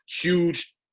huge